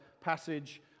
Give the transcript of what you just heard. passage